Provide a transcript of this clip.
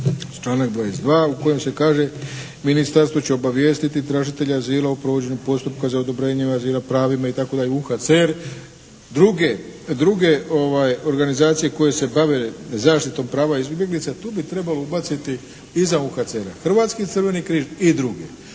članak 22. u kojem se kaže ministarstvo će obavijestiti tražitelja azila u provođenju postupka za odobrenje azila, pravima itd. UNHCR. Druge organizacije koje se bave zaštitom prava izbjeglica, tu bi trebalo ubaciti iza UNCHR-a, Hrvatski Crveni križ i druge.